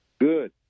good